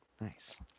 Nice